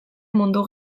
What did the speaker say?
mundu